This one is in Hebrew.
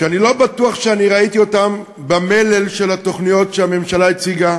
שאני לא בטוח שראיתי אותם במלל של התוכניות שהממשלה הציגה.